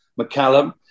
McCallum